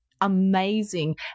amazing